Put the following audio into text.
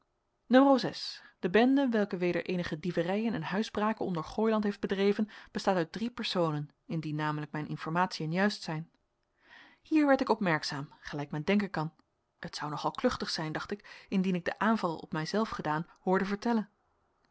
n de bende welke weder eenige dieverijen en huisbraken onder gooiland heeft bedreven bestaat uit drie personen indien namelijk mijn informatiën juist zijn hier werd ik opmerkzaam gelijk men denken kan het zou nog al kluchtig zijn dacht ik indien ik den aanval op mij zelf gedaan hoorde vertellen